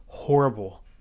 Horrible